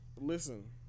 Listen